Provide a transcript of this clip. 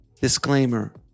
Disclaimer